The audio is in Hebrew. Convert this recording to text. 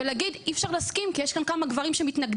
ולהגיד אי אפשר להסכים כי יש כאן כמה גברים שמתנגדים,